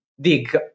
dig